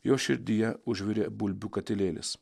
jo širdyje užvirė bulbių katilėlis